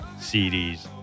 CDs